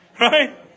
Right